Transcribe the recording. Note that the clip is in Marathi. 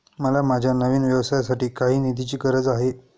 मला माझ्या नवीन व्यवसायासाठी काही निधीची गरज आहे